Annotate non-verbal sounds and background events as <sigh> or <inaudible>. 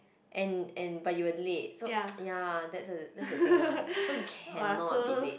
and and but you were late so <noise> ya that's the thing ah so you cannot be late